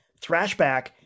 thrashback